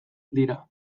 dira